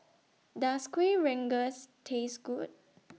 Does Kueh Rengas Taste Good